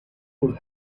what